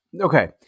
Okay